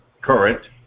current